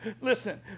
listen